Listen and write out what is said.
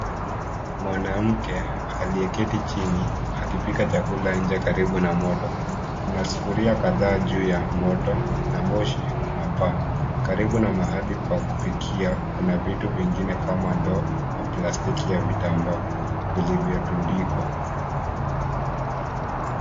Mwanamke aliyeketi chini akipika chakula nje karibu na moto, kuna sufuria kadhaa juu ya moto na moshi unapaa. Karibu na mahali pa kupikia kina vitu vingne kama ndoo na plastiki ya vitambaa viliyotundikwa.